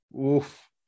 Oof